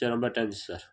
சரி ரொம்ப thanks sir